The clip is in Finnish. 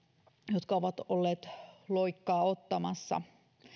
jotka ovat olleet loikkaa ottamassa